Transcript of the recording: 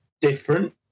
different